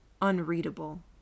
unreadable